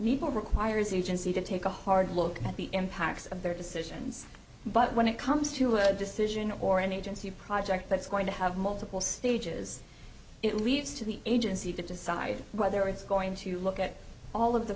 see to take a hard look at the impacts of their decisions but when it comes to a decision or an agency a project that's going to have multiple stages it leads to the agency to decide whether it's going to look at all of the